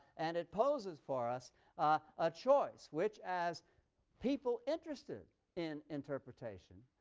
and it poses for us a choice which, as people interested in interpretation,